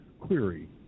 query